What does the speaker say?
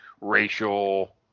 racial